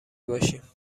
باشیم